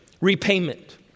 repayment